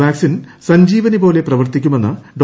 vaccine സഞ്ജീവനി പോലെ പ്രവർത്തിക്കുമെന്ന് ഡോ